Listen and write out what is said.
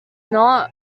not